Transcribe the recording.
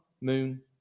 moon